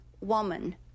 woman